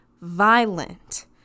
violent